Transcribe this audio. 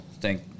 thank